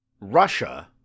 Russia